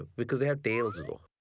because they had tails though.